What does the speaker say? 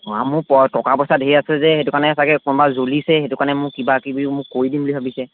অঁ মোৰ টকা পইচা ঢেৰ আছে যে সেইটো কাৰণে চাগে কোনোবা জ্বলিছে সেইটো কাৰণে মোক কিবাকিবি মোক কৰি দিম বুলি ভাবিছে